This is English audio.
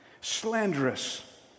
slanderous